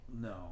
No